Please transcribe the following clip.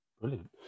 brilliant